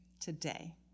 today